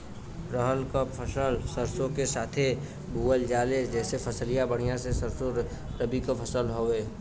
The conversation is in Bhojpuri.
रहर क फसल सरसो के साथे बुवल जाले जैसे फसलिया बढ़िया होले सरसो रबीक फसल हवौ